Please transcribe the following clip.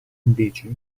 invece